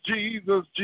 Jesus